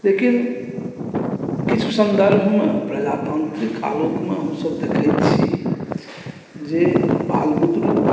लेकिन किछु सन्दर्भमे प्रजातान्त्रिक आलोकमे हमसभ देखैत छी जे बाल बुतरू